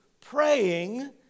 praying